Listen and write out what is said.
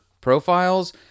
profiles